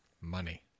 Money